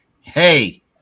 hey